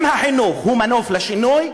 אם החינוך הוא מנוף לשינוי,